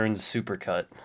supercut